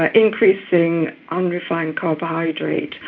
ah increasing unrefined carbohydrates.